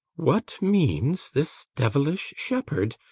what means this devilish shepherd,